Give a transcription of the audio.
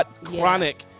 chronic